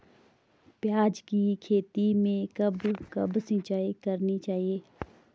प्याज़ की खेती में कब कब सिंचाई करनी चाहिये?